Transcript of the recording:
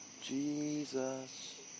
Jesus